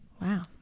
Wow